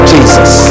Jesus